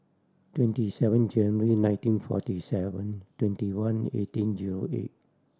twenty seven January nineteen forty seven twenty one eighteen zero eight